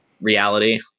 reality